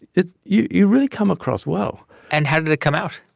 it's you you really come across well and how did it come out?